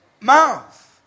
mouth